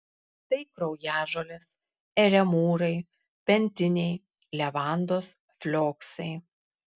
tai kraujažolės eremūrai pentiniai levandos flioksai